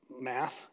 math